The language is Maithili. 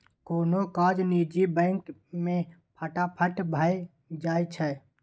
कोनो काज निजी बैंक मे फटाफट भए जाइ छै